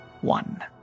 One